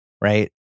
right